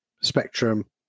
Spectrum